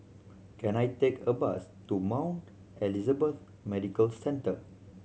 can I take a bus to Mount Elizabeth Medical Centre